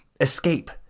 escape